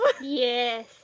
Yes